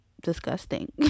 disgusting